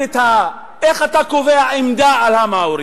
איך אתה קובע עמדה לגבי המאורי?